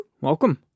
Welcome